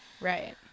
Right